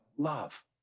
love